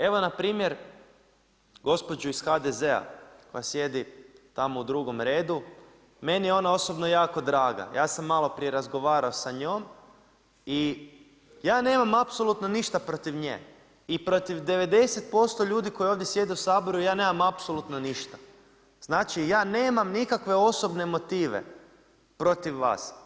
Evo npr. gospođu iz HDZ-a koji sjedi tamo u drugom redu, meni je ona osobno jako draga, ja sam maloprije razgovarao sa njom i ja nemam apsolutno ništa protiv nje i protiv 90% ljudi koji ovdje sjede u Saboru ja nemam apsolutno ništa, znači ja nemam nikakve osobne motive protiv vas.